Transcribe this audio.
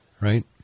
right